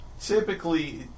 typically